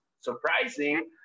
surprising